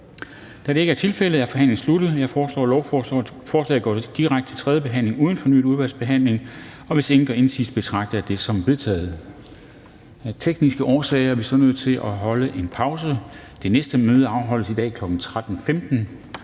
Da det ikke er tilfældet, er forhandlingen sluttet. Jeg foreslår, at lovforslaget går direkte til tredje behandling uden fornyet udvalgsbehandling. Hvis ingen gør indsigelse, betragter jeg det som vedtaget. Det er vedtaget. Af tekniske årsager er vi så nødt til at holde en pause. --- Kl. 13:02